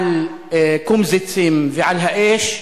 על קומזיצים ו"על האש",